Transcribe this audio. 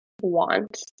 want